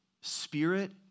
Spirit